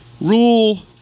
rule